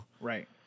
Right